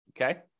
okay